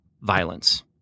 violence